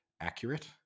accurate